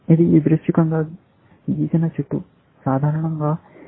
ఇది యాదృచ్చికంగా గీసిన చెట్టు